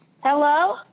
Hello